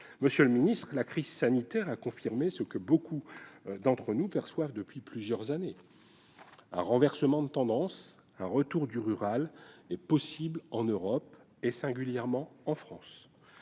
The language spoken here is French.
Monsieur le secrétaire d'État, la crise sanitaire a confirmé ce que beaucoup d'entre nous perçoivent depuis plusieurs années : un renversement de tendance, un « retour du rural » est possible en Europe, singulièrement en France.